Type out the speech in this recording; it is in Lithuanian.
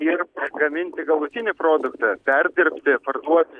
ir gaminti galutinį produktą perdirbti parduoti